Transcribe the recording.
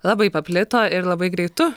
labai paplito ir labai greitu